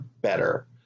better